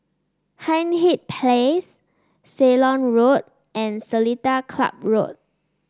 Hindhede Place Ceylon Road and Seletar Club Road